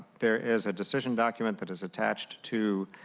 there is a decision document that is attached to